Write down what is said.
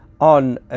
on